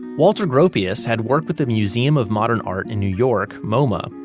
walter gropius had worked with the museum of modern art in new york, moma,